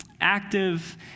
active